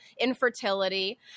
infertility